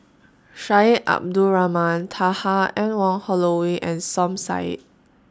Syed Abdulrahman Taha Anne Wong Holloway and Som Said